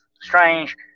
strange